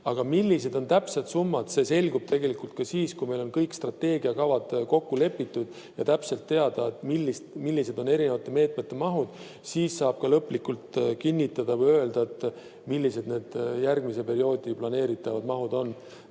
Aga millised on täpsed summad, see selgub tegelikult siis, kui meil on kõik strateegiakavad kokku lepitud ja täpselt teada, millised on erinevate meetmete mahud. Siis saab lõplikult öelda, millised need järgmise perioodi planeeritavad mahud on.